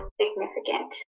significant